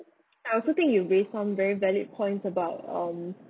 I also think you raise some very valid points about um